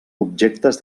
objectes